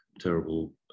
terrible